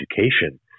education